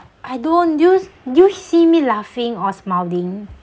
I don't do you do you see me laughing or smiling